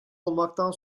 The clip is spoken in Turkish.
olmaktan